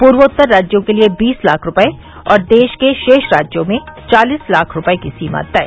पूर्वोत्तर राज्यों के लिए बीस लाख रूपये और देश के शेष राज्यों में चालीस लाख रूपये की सीमा तय